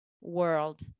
world